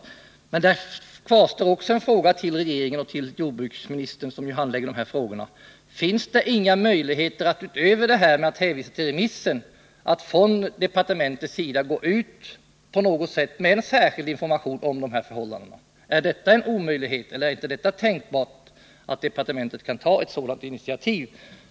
Också i det sammanhanget kvarstår en fråga till jordbruksministern och till regeringen: Finns det inga möjligheter för departementet att utöver att hänvisa till remissen gå ut med en särskild information om de nu aktuella förhållandena? Är det tänkbart att departementet kan ta ett sådant initiativ?